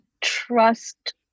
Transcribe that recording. trust